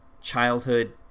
childhood